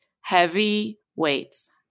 Heavyweights